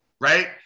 right